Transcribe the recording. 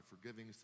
forgiving